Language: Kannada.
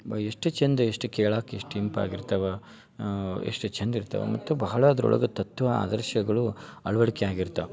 ಬ ಎಷ್ಟು ಚಂದ ಎಷ್ಟು ಕೇಳಾಕೆ ಎಷ್ಟು ಇಂಪಾಗಿರ್ತವೆ ಎಷ್ಟು ಚಂದ ಇರ್ತಾವೆ ಮತ್ತು ಬಹಳ ಅದರೊಳಗೆ ತತ್ವ ಆದರ್ಶಗಳು ಅಳ್ವಡಿಕೆ ಆಗಿರ್ತಾವೆ